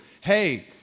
hey